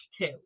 two